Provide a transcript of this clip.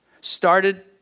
started